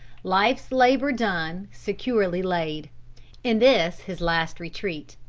life's labor done, securely laid in this his last retreat,